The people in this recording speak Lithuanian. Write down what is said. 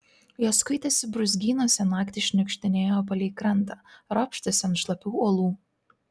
jos kuitėsi brūzgynuose naktį šniukštinėjo palei krantą ropštėsi ant šlapių uolų